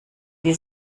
die